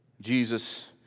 Jesus